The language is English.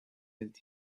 that